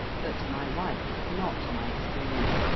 but my wife had not my experience,